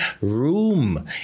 room